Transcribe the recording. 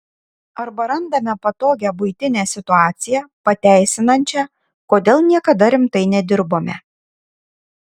arba randame patogią buitinę situaciją pateisinančią kodėl niekada rimtai nedirbome